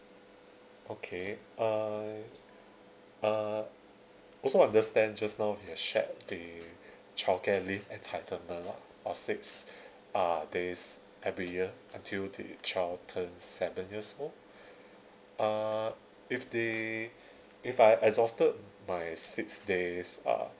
okay uh uh also understand just now you have shared the childcare leave entitlement of of six uh days every year until the child turns seven years old uh if the if I exhausted my six days uh